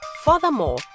furthermore